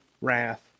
wrath